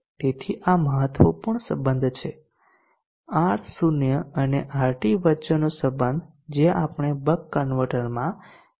તેથી આ મહત્વપૂર્ણ સંબંધો છે R0 અને RT વચ્ચેનો સંબધ જે આપણે બક કન્વર્ટરમાં શોધી રહ્યા છીએ